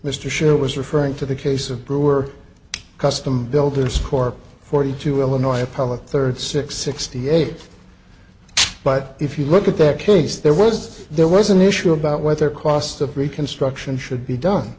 mr shear was referring to the case of brewer custom builder score forty two illinois public third six sixty eight but if you look at that case there was there was an issue about whether cost of reconstruction should be done